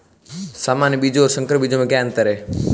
सामान्य बीजों और संकर बीजों में क्या अंतर है?